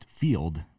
field